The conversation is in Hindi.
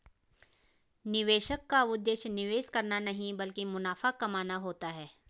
निवेशक का उद्देश्य निवेश करना नहीं ब्लकि मुनाफा कमाना होता है